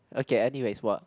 okay anyways what